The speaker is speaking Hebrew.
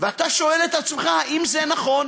אתה שואל את עצמך, האם זה נכון?